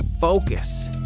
focus